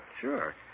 Sure